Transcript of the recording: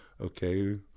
okay